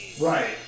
right